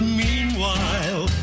meanwhile